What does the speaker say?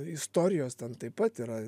istorijos ten taip pat yra